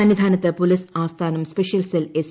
സന്നിധാനത്ത് പോലീസ് ആസ്ഥാനം special cell S